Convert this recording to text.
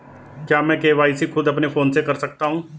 क्या मैं के.वाई.सी खुद अपने फोन से कर सकता हूँ?